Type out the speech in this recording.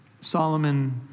Solomon